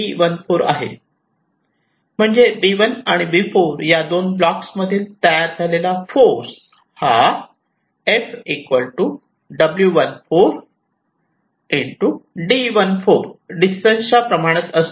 म्हणजे B1 आणि B4 या दोन ब्लॉक्स मधील तयार झालेला फोर्स हा F w14 d14 डिस्टन्स च्या प्रमाणात असतो